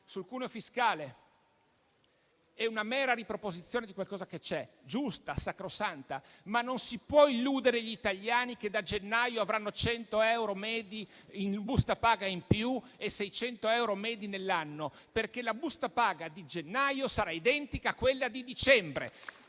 Sul cuneo fiscale, è una mera riproposizione di qualcosa che c'è, giusta, sacrosanta, ma non si possono illudere gli italiani che da gennaio avranno 100 euro medi in busta paga in più e 600 euro medi nell'anno, perché la busta paga di gennaio sarà identica a quella di dicembre.